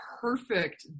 perfect